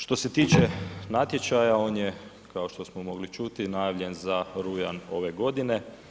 Što se tiče natječaja, on je kao što smo mogli čuti, najavljen za rujan ove godine.